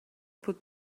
put